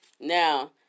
Now